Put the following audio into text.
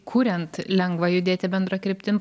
kuriant lengva judėti bendra kryptim